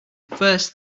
first